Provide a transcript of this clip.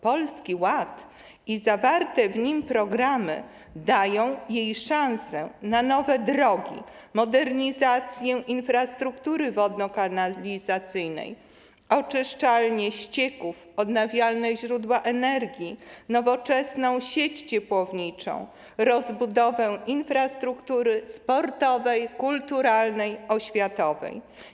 Polski Ład i zawarte w nim programy dają jej szansę na nowe drogi, modernizację infrastruktury wodno-kanalizacyjnej, oczyszczalnie ścieków, odnawialne źródła energii, nowoczesną sieć ciepłowniczą, rozbudowę infrastruktury sportowej, kulturalnej, oświatowej.